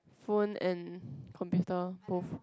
phone and computer both